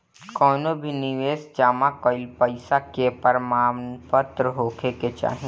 कवनो भी निवेश जमा कईल पईसा कअ प्रमाणपत्र होखे के चाही